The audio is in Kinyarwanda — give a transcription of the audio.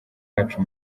yacu